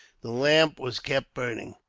the lamp was kept burning.